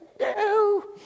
no